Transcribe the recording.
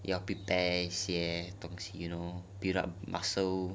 要 prepare 一些东西 you know build up muscle